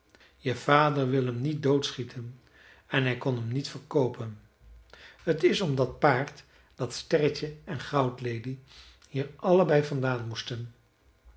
je vader wil hem niet doodschieten en hij kon hem niet verkoopen t is om dat paard dat sterretje en goudlelie hier allebei vandaan moesten